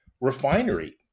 refinery